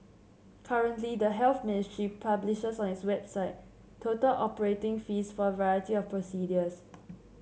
currently the Health Ministry publishes on its website total operation fees for a variety of procedures